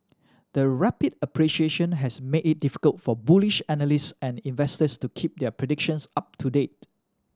the rapid appreciation has made it difficult for bullish analyst and investors to keep their predictions up to date